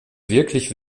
wirklich